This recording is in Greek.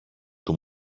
του